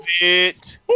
fit